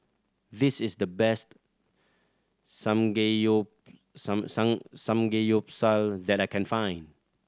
this is the best Samgeyopsal that I can find